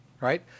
right